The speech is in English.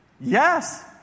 yes